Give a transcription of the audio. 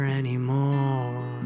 anymore